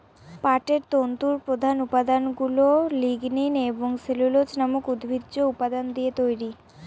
পাটের তন্তুর প্রধান উপাদানগুলা লিগনিন এবং সেলুলোজ নামক উদ্ভিজ্জ উপাদান দিয়ে তৈরি